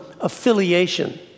affiliation